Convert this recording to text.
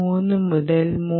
3 മുതൽ 3